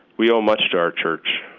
we owe much to our church.